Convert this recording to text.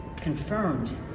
confirmed